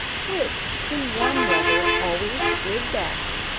which in warm weather always slid back,